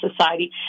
society